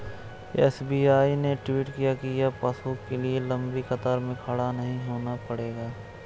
SBI ने tweet किया कि अब पासबुक के लिए लंबी कतार में खड़ा नहीं होना पड़ेगा